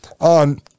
on